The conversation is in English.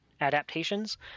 adaptations